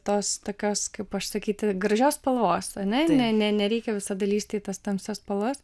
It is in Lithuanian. tos tokios kaip aš sakyti gražios spalvos ar ne ne ne nereikia visada lįsti į tas tamsias spalvas